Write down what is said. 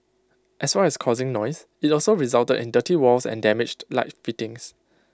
as well as causing noise IT also resulted in dirty walls and damaged light fittings